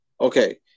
Okay